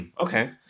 Okay